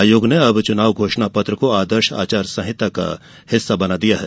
आयोग ने अब चुनाव घोषणा पत्र को आदर्श आचार संहिता का भाग बना दिया है